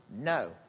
No